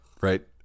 right